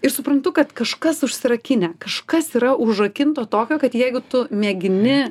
ir suprantu kad kažkas užsirakinę kažkas yra užrakinto tokio kad jeigu tu mėgini